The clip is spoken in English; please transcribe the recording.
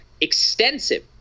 Extensive